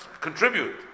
contribute